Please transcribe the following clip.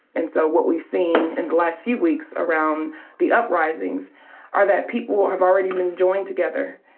and so what we've seen in the last few weeks around the uprising are that people have already been joined together.